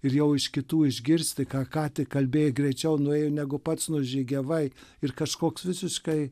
ir jau iš kitų išgirsti ką ką tik kalbėjai greičiau nuėjo negu pats nužygiavai ir kažkoks visiškai